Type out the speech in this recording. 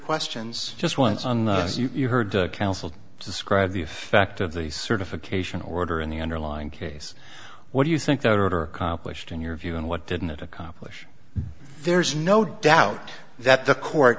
questions just once on as you heard the counsel describe the effect of the certification order in the underlying case what do you think that order compilation in your view and what didn't accomplish there's no doubt that the court